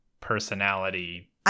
personality